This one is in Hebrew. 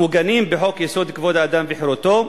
המעוגנים בחוק-יסוד: כבוד האדם וחירותו,